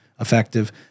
effective